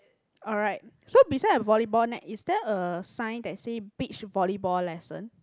alright so beside the volleyball net is there a sign that say beach volleyball lesson